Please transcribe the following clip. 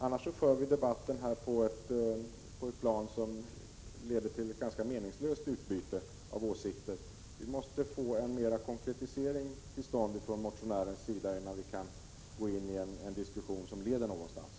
Annars för vi debatten på ett plan som leder till ett ganska meningslöst utbyte av åsikter. Vi måste få till stånd en ytterligare konkretisering från motionärens sida innan vi kan gå in i en diskussion som leder någonstans.